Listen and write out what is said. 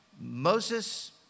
Moses